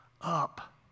up